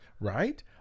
right